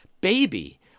baby